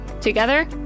Together